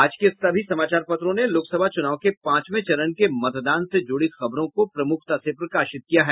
आज के सभी समाचारों पत्रों ने लोकसभा चुनाव के पांचवें चरण के मतदान से जूड़ी खबरों को प्रमूखता से प्रकाशित किया है